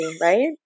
right